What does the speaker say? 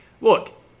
look